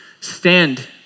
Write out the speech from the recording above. Stand